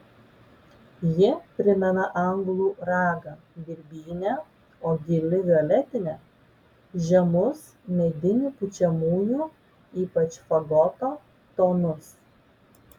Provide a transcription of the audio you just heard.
ji primena anglų ragą birbynę o gili violetinė žemus medinių pučiamųjų ypač fagoto tonus